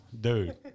Dude